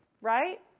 right